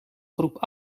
groep